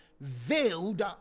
veiled